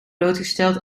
blootgesteld